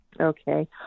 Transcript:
Okay